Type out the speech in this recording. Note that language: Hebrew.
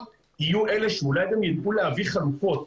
יהיו אלה שאולי גם יידעו להביא חלופות.